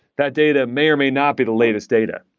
that data may or may not be the latest data.